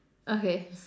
okay